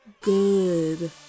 good